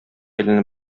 әйләнеп